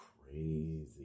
crazy